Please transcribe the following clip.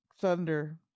thunder